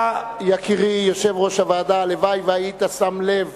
יקירי יושב-ראש הוועדה, הלוואי שהיית שם לב